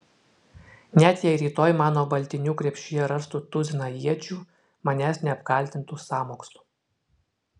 net jei rytoj mano baltinių krepšyje rastų tuziną iečių manęs neapkaltintų sąmokslu